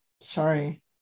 Sorry